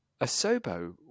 Asobo